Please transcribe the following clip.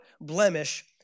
blemish